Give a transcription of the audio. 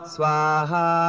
Swaha